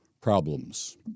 problems